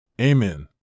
Amen